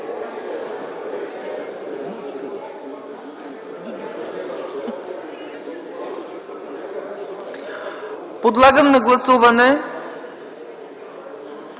Подлагам на гласуване